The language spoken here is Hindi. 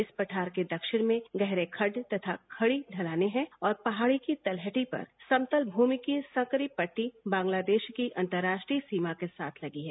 इस पठार के दक्षिण में गहरे खड़ तथा खड़ी बतानें हैं और पहाड़ी की ततहटी पर समतल भूमि की संकरी पट्टी बांग्लादेश की अंतर्राष्ट्रीय सीमा के साथ लगी है